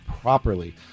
properly